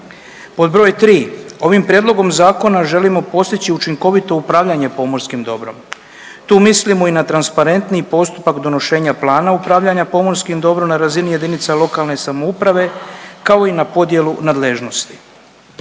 Pod broj 3. ovim prijedlogom zakona želimo postići učinkovito upravljanje pomorskim dobrom. Tu mislimo i na transparentniji postupak donošenja plana upravljanja pomorskim dobrom na razini jedinice lokalne samouprave kao i na podjelu nadležnosti.